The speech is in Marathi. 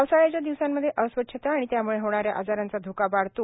पावसाळ्याच्या दिवसांमध्ये अस्वच्छता आणि त्यामुळे होणाऱ्या आजारांचा धोका वाढतो